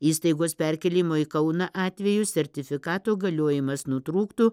įstaigos perkėlimo į kauną atveju sertifikato galiojimas nutrūktų